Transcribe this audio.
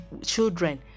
children